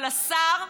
אבל השר,